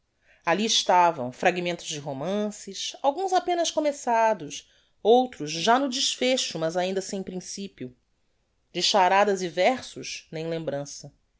alli estavam fragmentos de romances alguns apenas começados outros já no desfecho mas ainda sem principio de charadas e versos nem lembrança